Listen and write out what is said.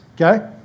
okay